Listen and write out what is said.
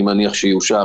יאושר,